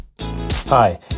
Hi